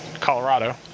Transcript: Colorado